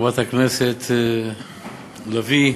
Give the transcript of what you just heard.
חברת הכנסת לביא,